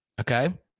Okay